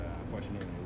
unfortunately